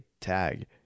tag